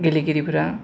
गेलेगिरिफोरा